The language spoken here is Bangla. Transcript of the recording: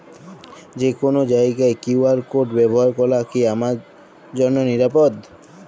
যে কোনো জায়গার কিউ.আর কোড ব্যবহার করা কি আমার জন্য নিরাপদ?